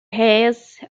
heirs